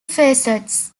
facets